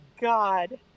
God